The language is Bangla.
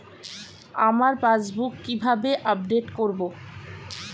আমার পাসবুক কিভাবে আপডেট করবো?